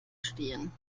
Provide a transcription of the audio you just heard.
stehen